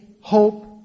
hope